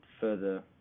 further